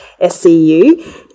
SCU